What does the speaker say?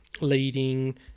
leading